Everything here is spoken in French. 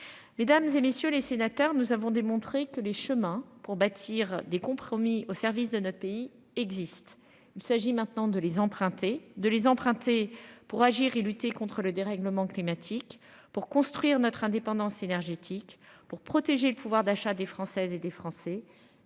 Les dames et messieurs les sénateurs, nous avons démontré que les chemins pour bâtir des compromis au service de notre pays existe. Il s'agit maintenant de les emprunter de les emprunter pour agir et lutter contre le dérèglement climatique pour construire notre indépendance énergétique pour protéger le pouvoir d'achat des Françaises et des Français